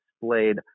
displayed